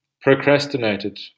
procrastinated